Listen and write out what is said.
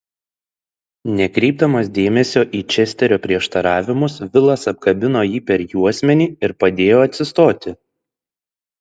nekreipdamas dėmesio į česterio prieštaravimus vilas apkabino jį per juosmenį ir padėjo atsistoti